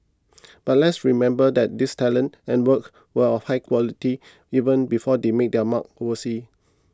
but let's remember that these talents and work were of high quality even before they made their mark overseas